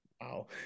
Wow